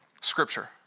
scripture